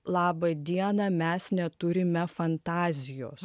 laba diena mes neturime fantazijos